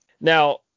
Now